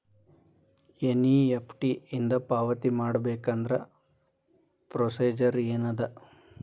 NEFT ಇಂದ ಪಾವತಿ ಮಾಡಬೇಕಂದ್ರ ಪ್ರೊಸೇಜರ್ ಏನದ